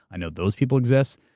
i know those people exist.